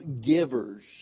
givers